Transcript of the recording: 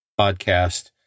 podcast